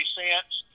cents